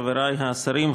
חברי השרים,